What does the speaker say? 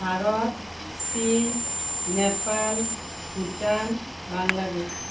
ভাৰত চীন নেপাল ভূটান বাংলাদেশ